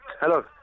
Hello